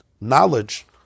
knowledge